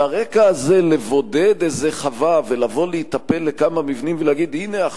על הרקע הזה לבודד איזו חווה ולבוא להיטפל לכמה מבנים ולהגיד: הנה,